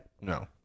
No